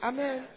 Amen